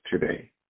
today